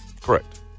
Correct